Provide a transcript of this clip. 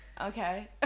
Okay